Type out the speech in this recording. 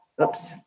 oops